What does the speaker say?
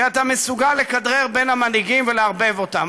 ואתה מסוגל לכדרר בין המנהיגים ולערבב אותם,